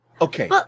Okay